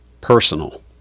personal